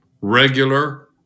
regular